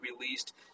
released